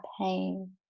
pain